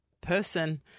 person